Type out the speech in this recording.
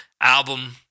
album